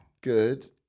good